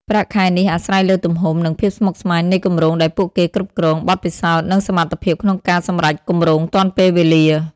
ប្រាក់ខែនេះអាស្រ័យលើទំហំ និងភាពស្មុគស្មាញនៃគម្រោងដែលពួកគេគ្រប់គ្រង បទពិសោធន៍ និងសមត្ថភាពក្នុងការសម្រេចគម្រោងទាន់ពេលវេលា។